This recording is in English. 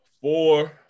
four